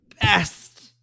best